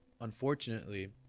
unfortunately